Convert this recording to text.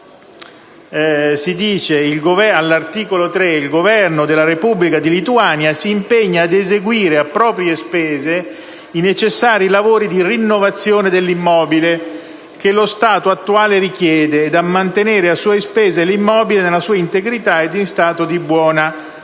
all'articolo 3 si dice: «Il Governo della Repubblica di Lituania si impegna ad eseguire a proprie spese i necessari lavori di rinnovazione dell'immobile che lo stato attuale richiede ed a mantenere a sue spese l'immobile nella sua integrità ed in stato di buona conservazione.